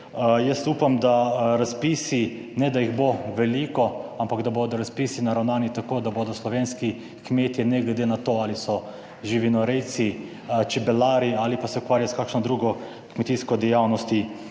Jaz upam, da razpisi, ne da jih bo veliko, ampak da bodo razpisi naravnani tako, da bodo slovenski kmetje, ne glede na to, ali so živinorejci, čebelarji ali pa se ukvarjajo s kakšno drugo kmetijsko dejavnostjo,